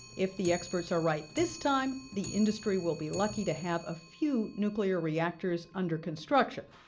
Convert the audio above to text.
if the experts are right this time, the industry will be lucky to have a few nuclear reactors under construction.